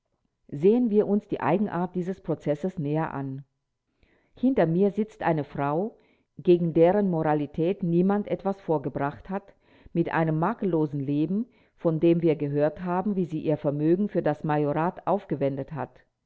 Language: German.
sehen wir uns die eigenart dieses prozesses näher an hinter mir sitzt eine frau gegen deren moralität niemand etwas vorgebracht hat mit einem makellosen leben von der wir gehört haben wie sie ihr vermögen für das majorat aufgewendet hat